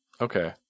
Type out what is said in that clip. okay